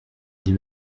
des